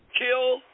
Kill